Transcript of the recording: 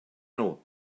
nhw